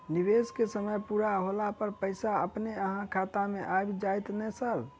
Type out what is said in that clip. निवेश केँ समय पूरा होला पर पैसा अपने अहाँ खाता मे आबि जाइत नै सर?